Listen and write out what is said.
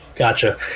Gotcha